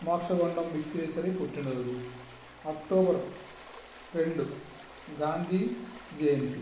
మోక్షగుండం విశ్వేశ్వరయ్య పుట్టినరోజు అక్టోబర్ రెండు గాంధీ జయంతి